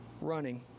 running